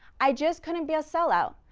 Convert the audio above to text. i just couldn't be a sellout.